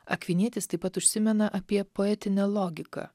akvinietis taip pat užsimena apie poetinę logiką